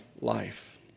life